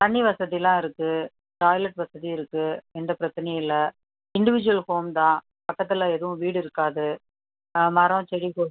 தண்ணி வசதிலாம் இருக்கு டாய்லெட் வசதி இருக்கு எந்த பிரச்சனையும் இல்லை இன்டிவிஜிவல் ஹோம் தான் பக்கத்தில் எதுவும் வீடு இருக்காது மரம் செடி கொ